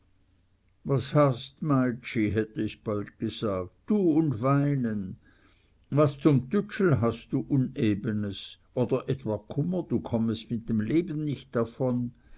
was hast meitschi hätte ich bald gesagt du und weinen was zum tütschel hast du unebenes oder etwa kummer du kommest mit dem leben nicht davon